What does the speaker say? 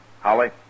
Holly